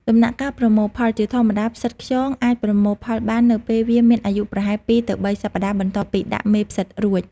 ដំណាក់កាលប្រមូលផលជាធម្មតា ផ្សិតខ្យងអាចប្រមូលផលបាននៅពេលវាមានអាយុប្រហែល ២ ទៅ ៣ សប្ដាហ៍ បន្ទាប់ពីដាក់មេផ្សិតរួច។